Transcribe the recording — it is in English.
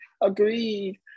agreed